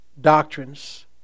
doctrines